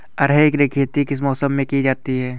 अरहर की खेती किस मौसम में की जाती है?